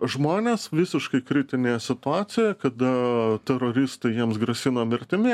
žmonės visiškai kritinėje situacijoje kada teroristai jiems grasino mirtimi